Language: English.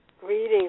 Greetings